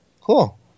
Cool